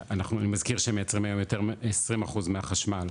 אני מזכיר שמיצרים היום יותר מ- 20% מהחשמל,